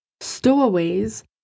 Stowaways